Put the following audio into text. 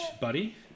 Buddy